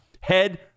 Head